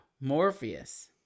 Morpheus